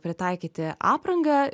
pritaikyti aprangą